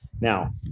Now